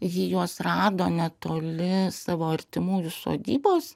ji juos rado netoli savo artimųjų sodybos